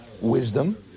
wisdom